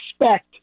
expect